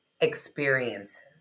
experiences